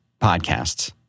podcasts